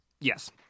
Yes